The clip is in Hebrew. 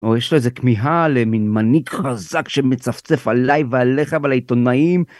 או יש לו איזה כמיהה למין מנהיג חזק שמצפצף עליי ועליך ועל העיתונאים.